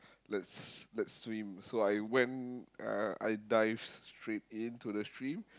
let's let's swim so I went uh I dived straight in to the stream